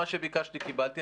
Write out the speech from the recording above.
מה שביקשתי קיבלתי.,